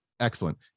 Excellent